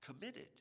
committed